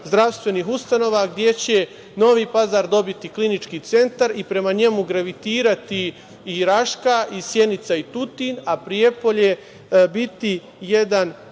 zdravstvenih ustanova gde će Novi Pazar dobiti klinički centar i prema njemu gravitirati i Raška i Sjenica i Tutin, a Prijepolje biti jedan